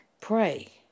Pray